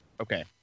okay